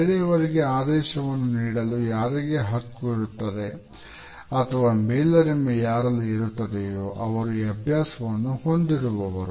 ಬೇರೆಯವರಿಗೆ ಆದೇಶವನ್ನು ನೀಡಲು ಯಾರಿಗೆ ಹಕ್ಕು ಇರುತ್ತದೆ ಅಥವಾ ಮೇಲರಿಮೆ ಯಾರಲ್ಲಿ ಇರುತ್ತದೆಯೋ ಅವರು ಈ ಅಭ್ಯಾಸವನ್ನು ಹೊಂದಿರುವವರು